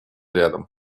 рядом